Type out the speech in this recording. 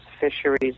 fisheries